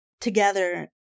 together